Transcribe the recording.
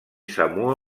samoa